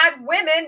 women